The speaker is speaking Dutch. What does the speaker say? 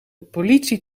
politie